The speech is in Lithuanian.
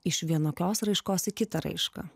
iš vienokios raiškos į kitą raišką